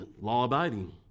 Law-abiding